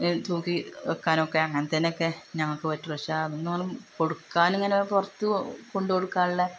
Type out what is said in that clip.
തൂക്കി വയ്ക്കാനും ഒക്കെ അങ്ങനെത്തേതിനൊക്കെ ഞങ്ങൾക്ക് പറ്റുളളൂ പക്ഷെ അതൊന്നും കൊടുക്കാനിങ്ങനെ പുറത്ത് കൊണ്ടുകൊടുക്കാനുള്ള